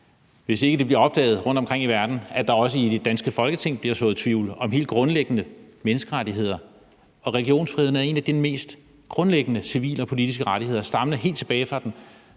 i verden bliver opdaget, at der i det danske Folketing bliver sået tvivl om helt grundlæggende menneskerettigheder – og religionsfriheden er en af de mest grundlæggende civile og politiske rettigheder, som stammer helt tilbage fra den